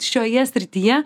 šioje srityje